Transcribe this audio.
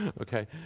okay